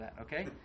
okay